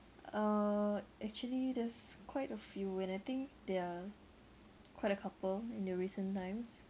uh actually there's quite a few and I think there are quite a couple in the recent times